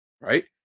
right